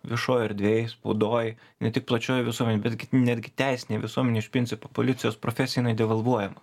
viešoj erdvėj spaudoj ne tik plačiojoj visuomenėj bet netgi teisinėj visuomenėj iš principo policijos profesija jinai devalvuojama